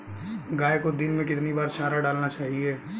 गाय को दिन में कितनी बार चारा डालना चाहिए?